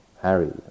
Harry